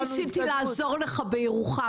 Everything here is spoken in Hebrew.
אתה יודע שגם ניסיתי לעזור לך בירוחם.